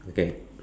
okay